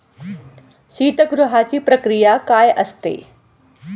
शीतगृहाची प्रक्रिया काय असते?